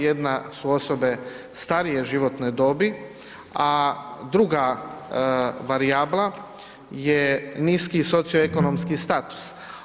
Jedna su osobe starije životne dobi, a druga varijabla je niski socioekonomski status.